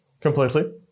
completely